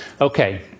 Okay